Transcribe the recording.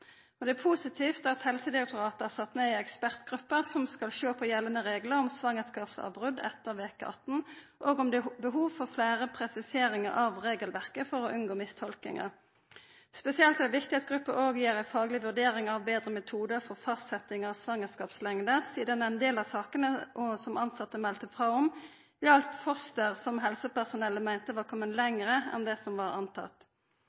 lovverk. Det er positivt at Helsedirektoratet har sett ned ei ekspertgruppe som skal sjå på gjeldande reglar om svangerskapsavbrot etter veke 18, og om det er behov for fleire presiseringar av regelverket for å unngå mistolkingar. Spesielt er det viktig at gruppa òg gjer ei fagleg vurdering av betre metodar for fastsetjing av svangerskapslengd, sidan ein del av sakene som tilsette melde frå om, gjaldt foster som helsepersonellet meinte var